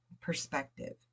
perspective